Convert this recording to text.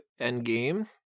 Endgame